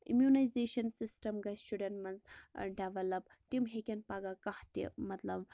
immunisation system گَژھِ شُرٮ۪ن مَنٛز ڈیٚولپ تم ہیٚکَن پَگاہ کانٛہہ تہِ مَطلَب